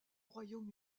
royaume